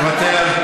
מוותר,